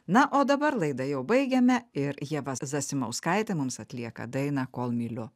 na o dabar laidą jau baigiame ir ieva zasimauskaitė mums atlieka dainą kol myliu